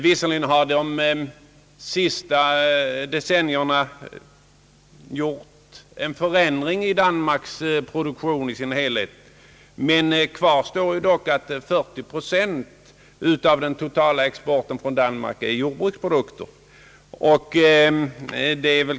Visserligen har under de senaste decennierna skett en förändring i Danmarks produktion i dess helhet, men fortfarande är dock 40 procent av den totala exporten från Danmark jordbruksprodukter.